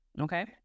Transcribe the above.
Okay